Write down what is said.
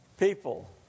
people